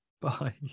Bye